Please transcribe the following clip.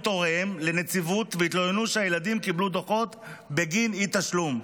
הוריהם לנציבות והתלוננו שהילדים קיבלו דוחות בגין אי-תשלום,